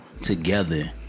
together